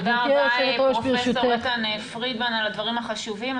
תודה רבה, פרופ' איתן פרידמן, על הדברים החשובים.